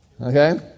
okay